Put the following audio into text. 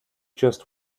just